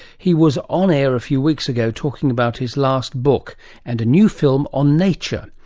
he was on air a few weeks ago talking about his last book and a new film on nature.